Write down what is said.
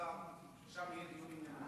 שם יהיה דיון ענייני.